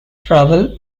travel